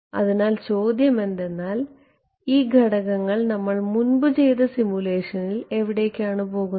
അതിനാൽ ചോദ്യം എന്തെന്നാൽ എന്നാൽ ഈ ഘടകങ്ങൾ നമ്മൾ മുൻപു ചെയ്ത സിമുലേഷനിൽ എവിടേക്കാണ് പോകുന്നത്